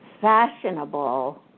fashionable